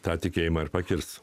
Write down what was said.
tą tikėjimą ar pakirs